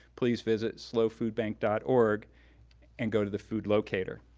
please visit slofoodbank dot org and go to the food locator.